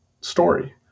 story